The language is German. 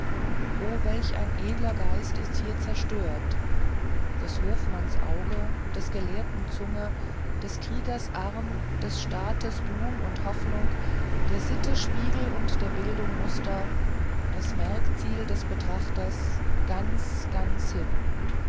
o welch ein edler geist ist hier zerstört des hofmanns auge des gelehrten zunge des kriegers arm des staates blum und hoffnung der sitte spiegel und der bildung muster das merkziel der betrachter ganz ganz hin